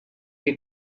ġie